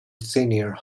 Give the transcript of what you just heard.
senior